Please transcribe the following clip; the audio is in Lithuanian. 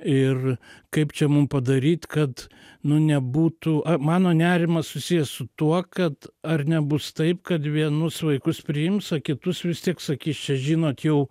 ir kaip čia mum padaryt kad nu nebūtų mano nerimas susijęs su tuo kad ar nebus taip kad vienus vaikus priims o kitus vis tiek sakys čia žinot jau